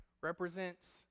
represents